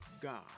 God